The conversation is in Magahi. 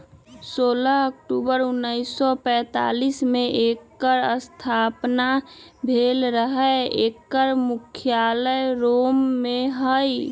सोलह अक्टूबर उनइस सौ पैतालीस में एकर स्थापना भेल रहै एकर मुख्यालय रोम में हइ